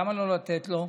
למה לא לתת לו?